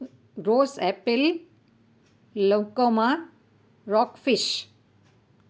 rose apple lucuma rock fish